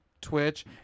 Twitch